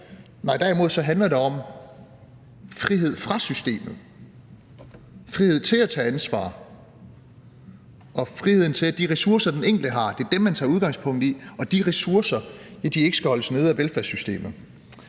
Nej, derimod handler det om frihed fra systemet, om frihed til at tage ansvar og om friheden, i forhold til at det er de ressourcer, den enkelte har, som man tager udgangspunkt i, og at de ressourcer ikke skal holdes nede af velfærdssystemet.